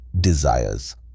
Desires